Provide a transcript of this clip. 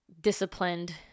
disciplined